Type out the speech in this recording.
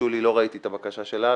שולי - לא ראיתי את הבקשה שלה,